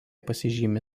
pasižymi